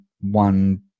one